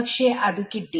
പക്ഷെ അത് കിട്ടി